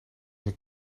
zijn